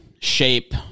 shape